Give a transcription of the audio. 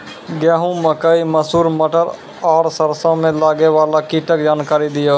गेहूँ, मकई, मसूर, मटर आर सरसों मे लागै वाला कीटक जानकरी दियो?